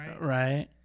right